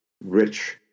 rich